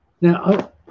Now